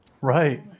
Right